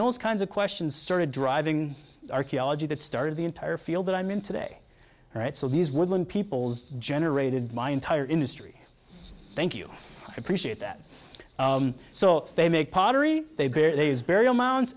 those kinds of questions started driving archaeology that started the entire field that i'm in today right so these woodland peoples generated my entire industry thank you appreciate that so they make pottery they there is